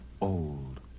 old